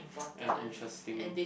and interesting